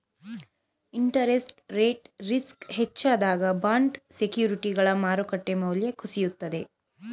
interest rate risk ಹೆಚ್ಚಾದಾಗ bond ಸೆಕ್ಯೂರಿಟಿಗಳ ಮಾರುಕಟ್ಟೆ ಮೌಲ್ಯ ಕುಸಿಯುತ್ತದೆ